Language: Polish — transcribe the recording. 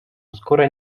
skórę